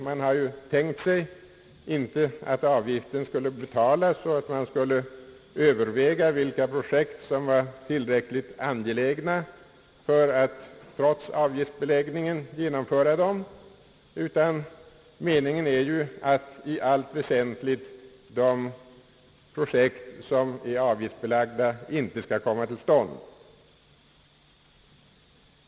Man har ju inte tänkt sig att avgiften skulle betalas efter ett övervägande av vilka projekt som är tillräckligt angelägna för att realiseras trots avgiftsbeläggningen, utan meningen är att i allt väsentligt de projekt som är avgiftsbelagda inte skall komma till stånd.